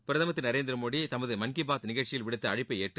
பிரதமர் திரு நரேந்திரமோடி தமது மன்கீபாத் நிகழ்ச்சியில் விடுத்த அழைப்பை ஏற்று